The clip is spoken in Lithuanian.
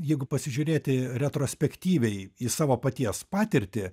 jeigu pasižiūrėti retrospektyviai į savo paties patirtį